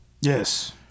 yes